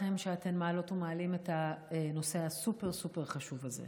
מעלות ומעלים את הנושא הסופר-סופר-חשוב הזה.